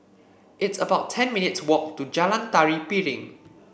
it's about ten minutes' walk to Jalan Tari Piring